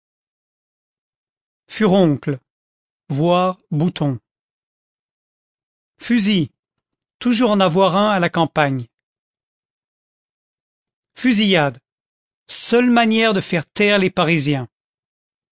furoncle v boutons fusil toujours en avoir un à la campagne fusillade seule manière de faire taire les parisiens